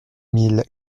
mille